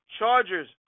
Chargers